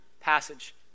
passage